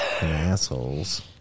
assholes